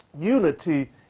unity